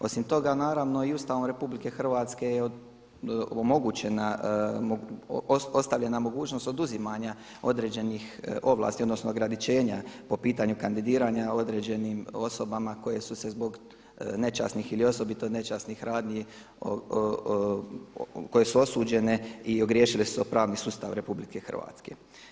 Osim toga, naravno i Ustavom RH je omogućena, ostavljena mogućnost oduzimanja određenih ovlasti, odnosno ograničenja po pitanju kandidiranja određenim osobama koje su se zbog nečasnih ili osobito nečasnih radnji, koje su osuđene i ogriješile su se o pravni sustav Republike Hrvatske.